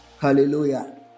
Hallelujah